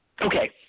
okay